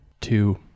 two